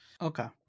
Okay